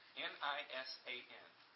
N-I-S-A-N